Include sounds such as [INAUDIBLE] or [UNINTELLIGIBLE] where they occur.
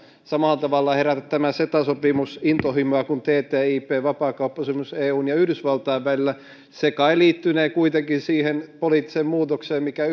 samalla tavalla tämä ceta sopimus herätä intohimoja kuin ttip vapaakauppasopimus eun ja yhdysvaltain välillä se liittynee kuitenkin siihen poliittiseen muutokseen mikä [UNINTELLIGIBLE]